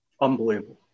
Unbelievable